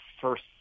first